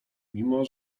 mimo